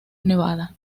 nevada